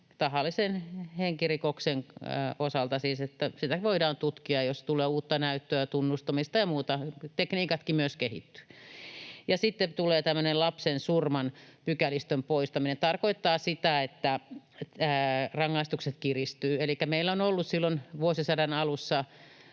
tahallisen henkirikoksen osalta — siis että sitä voidaan tutkia, jos tulee uutta näyttöä, tunnustamista ja muuta, tekniikatkin myös kehittyvät. Sitten tulee tämmöinen lapsensurman pykälistön poistaminen, ja se tarkoittaa sitä, että rangaistukset kiristyvät. Meillä on vuosisadan alussa